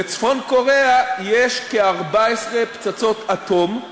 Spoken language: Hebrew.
לצפון-קוריאה יש כ-14 פצצות אטום,